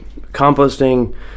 composting